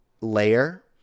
layer